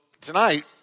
tonight